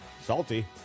Salty